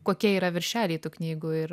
kokie yra viršeliai tų knygų ir